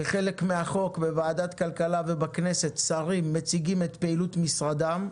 חלק מהחוק בוועדת כלכלה ובכנסת שרים מציגים את פעילות משרדם.